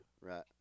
Right